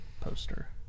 poster